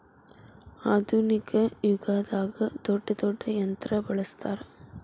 ಆದುನಿಕ ಯುಗದಾಗ ದೊಡ್ಡ ದೊಡ್ಡ ಯಂತ್ರಾ ಬಳಸ್ತಾರ